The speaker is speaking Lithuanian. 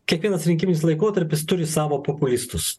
kiekvienas rinkiminis laikotarpis turi savo populistus